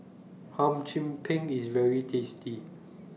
Hum Chim Peng IS very tasty